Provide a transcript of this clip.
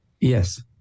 yes